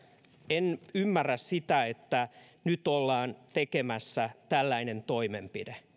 en ymmärrä sitä että nyt ollaan tekemässä tällainen toimenpide